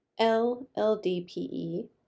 LLDPE